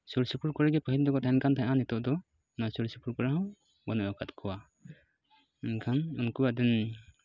ᱥᱩᱨ ᱥᱩᱯᱩᱨ ᱠᱚᱨᱮ ᱜᱮ ᱯᱟᱹᱡᱤᱞ ᱫᱚᱠᱚ ᱛᱟᱦᱮᱱᱠᱟᱱ ᱛᱟᱦᱮᱸᱫ ᱱᱤᱛᱳᱜ ᱫᱚ ᱱᱚᱣᱟ ᱥᱩᱨ ᱥᱩᱯᱩᱨ ᱠᱚᱨᱮ ᱦᱚᱸ ᱵᱟᱹᱱᱩᱜ ᱟᱠᱟᱫ ᱠᱚᱣᱟ ᱮᱱᱠᱷᱟᱱ ᱩᱱᱠᱩᱣᱟᱜ ᱫᱚ